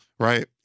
Right